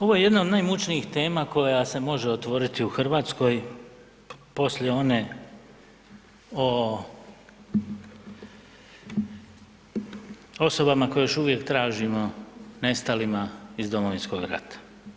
Ovo je jedna od najmučnijih tema koja se može otvoriti u Hrvatskoj, poslije one o osobama koje još uvijek tražimo, nestalima iz Domovinskog rata.